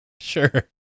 Sure